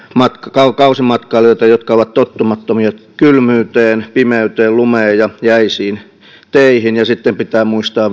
kausimatkailijoita jotka ovat tottumattomia kylmyyteen pimeyteen lumeen ja jäisiin teihin ja sitten pitää muistaa